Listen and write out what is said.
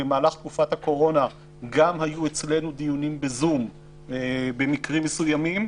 במהלך תקופת הקורונה היו אצלנו דיונים בזום במקרים מסוימים,